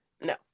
No